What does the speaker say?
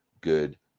good